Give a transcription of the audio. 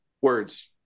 Words